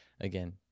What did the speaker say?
again